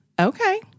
Okay